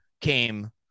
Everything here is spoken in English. came –